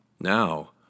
Now